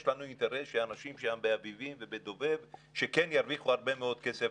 יש לנו אינטרס שאנשים שם באביבים ובדוב"ב שכן ירוויחו הרבה מאוד כסף,